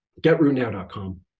Getrootnow.com